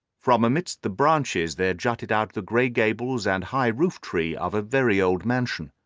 from amid the branches there jutted out the grey gables and high roof-tree of a very old mansion.